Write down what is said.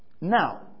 Now